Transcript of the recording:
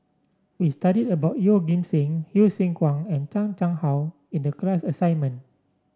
we studied about Yeoh Ghim Seng Hsu Tse Kwang and Chan Chang How in the class assignment